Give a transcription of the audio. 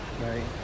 Right